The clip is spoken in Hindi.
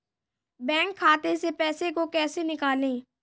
बैंक खाते से पैसे को कैसे निकालें?